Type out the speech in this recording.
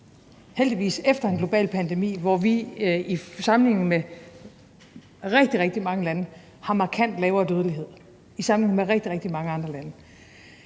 heldigvis, efter en global pandemi, hvor vi i sammenligning med rigtig mange lande har markant lavere dødelighed – i sammenligning med rigtig, rigtig mange andre lande.